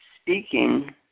speaking